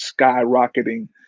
skyrocketing